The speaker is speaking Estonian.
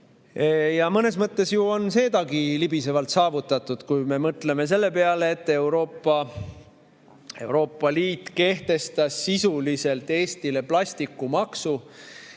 Ja mõnes mõttes on seda libisevalt saavutatudki. Kui me mõtleme selle peale, et Euroopa Liit kehtestas sisuliselt Eestile plastikumaksu